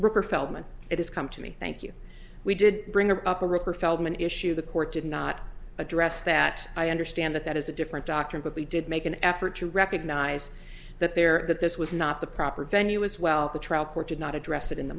ripper feldman it has come to me thank you we did bring her up the river feldman issue the court did not address that i understand that that is a different doctrine but we did make an effort to recognize that there that this was not the proper venue as well the trial court did not address it in